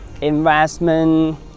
investment